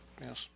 Yes